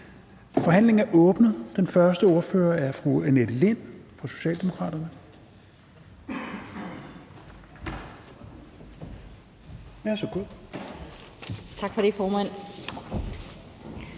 Forhandlingen er åbnet. Den første ordfører er fru Annette Lind fra Socialdemokraterne.